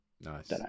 Nice